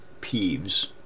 peeves